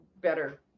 better